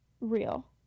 real